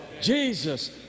Jesus